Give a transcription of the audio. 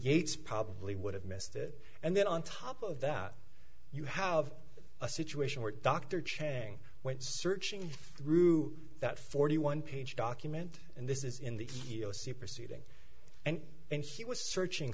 gates probably would have missed it and then on top of that you have a situation where dr chang went searching through that forty one page document and this is in the superseding and and he was searching